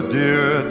dear